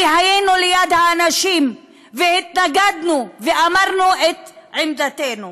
כי היינו ליד האנשים והתנגדנו ואמרנו את עמדתנו.